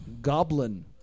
Goblin